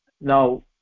Now